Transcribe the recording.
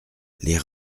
les